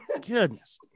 goodness